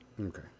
Okay